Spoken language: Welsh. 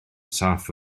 saff